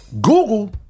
Google